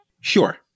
Sure